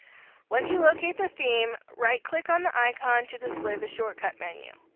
once you locate the theme, right click on the icon to display the shortcut menu.